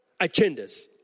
agendas